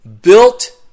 built